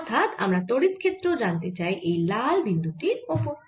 অর্থাৎ আমরা তড়িৎ ক্ষেত্র জানতে চাই এই লাল বিন্দু টির অপর